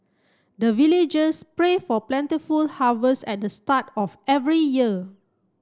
the villagers pray for plentiful harvest at the start of every year